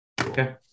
Okay